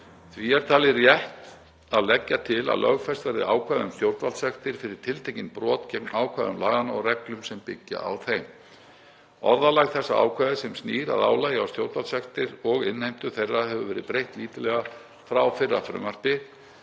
Því er talið rétt að leggja til að lögfest verði ákvæði um stjórnvaldssektir fyrir tiltekin brot gegn ákvæðum laganna og reglum sem byggja á þeim. Orðalagi þessa ákvæðis sem snýr að álagi á stjórnvaldssektir og innheimtu þeirra hefur verið breytt lítillega frá fyrra frumvarpi.